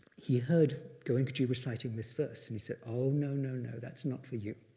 he heard goenkaji reciting this verse, and he said, oh, no, no, no, that's not for you.